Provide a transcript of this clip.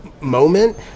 Moment